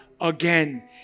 again